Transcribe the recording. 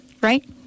right